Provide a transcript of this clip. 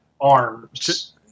arms